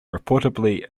reportedly